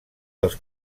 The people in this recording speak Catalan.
dels